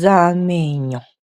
z'amenyo.